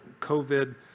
COVID